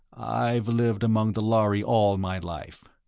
i've lived among the lhari all my life.